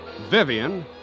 Vivian